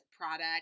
product